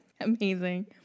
Amazing